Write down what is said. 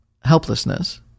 helplessness